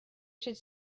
should